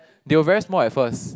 they were very small at first